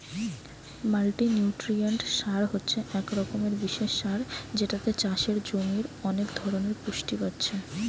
multinutrient সার হচ্ছে এক রকমের বিশেষ সার যেটাতে চাষের জমির অনেক ধরণের পুষ্টি পাচ্ছে